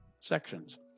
sections